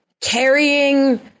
carrying